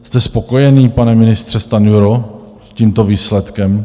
Jste spokojený, pane ministře Stanjuro, s tímto výsledkem?